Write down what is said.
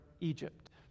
Egypt